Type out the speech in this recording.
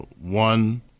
one